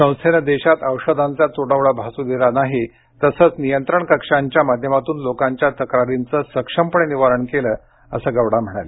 संस्थेनं देशात औषधांचा तुटवडा भासू दिला नाही तसंच नियंत्रण कक्षांच्या माध्यमातून लोकांच्या तक्रारींचं सक्षमपणे निवारण केलं असं गौडा म्हणाले